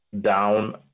down